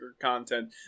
content